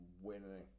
winning